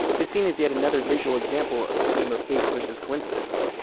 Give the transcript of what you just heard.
this scene is yet another visual example of the theme of fate versus coincidence.